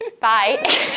Bye